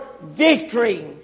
victory